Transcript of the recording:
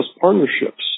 partnerships